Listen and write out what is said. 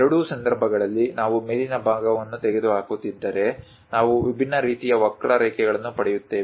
ಎರಡೂ ಸಂದರ್ಭಗಳಲ್ಲಿ ನಾವು ಮೇಲಿನ ಭಾಗವನ್ನು ತೆಗೆದುಹಾಕುತ್ತಿದ್ದರೆ ನಾವು ವಿಭಿನ್ನ ರೀತಿಯ ವಕ್ರಾರೇಖೆಗಳನ್ನು ಪಡೆಯುತ್ತೇವೆ